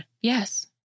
Yes